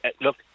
look